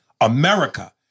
America